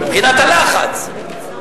מבחינת הלחץ.